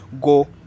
go